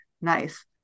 nice